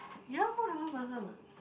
ya more than one person what